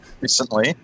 recently